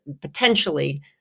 potentially